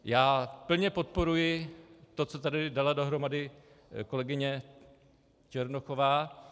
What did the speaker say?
Já plně podporuji to, co tady dala dohromady kolegyně Černochová.